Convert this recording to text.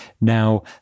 Now